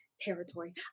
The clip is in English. Territory